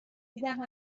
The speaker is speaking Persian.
دیدم